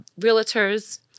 realtors